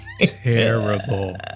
Terrible